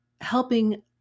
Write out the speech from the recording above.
helping